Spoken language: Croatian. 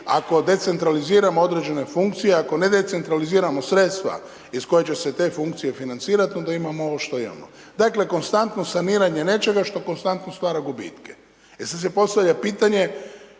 ako decentraliziramo određene funkcije, ako ne decentraliziramo sredstva iz koje će se te funkcije financirati onda imamo ovo što imamo, dakle konstantno saniranje nečega što konstantno stvara gubitke. E sad se postavlja pitanje,